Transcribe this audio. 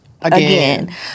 again